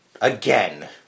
again